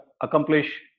accomplish